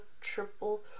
triple